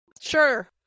Sure